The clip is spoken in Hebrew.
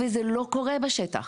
וזה לקר קורה בשטח,